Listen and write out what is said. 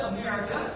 America